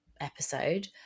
episode